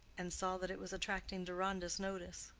and saw that it was attracting deronda's notice.